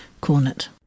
cornet